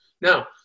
Now